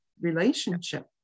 relationship